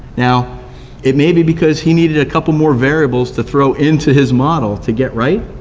now it may be because he needed a couple more variables to throw into his model to get right,